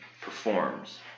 performs